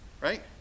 Right